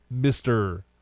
Mr